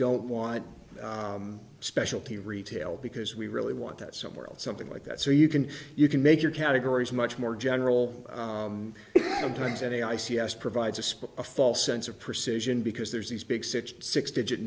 don't want specialty retail because we really want that somewhere else something like that so you can you can make your categories much more general sometimes and a i c s provides a spot a false sense of precision because there's these big six six digit